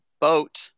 boat